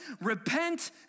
Repent